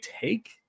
take